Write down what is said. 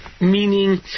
meaning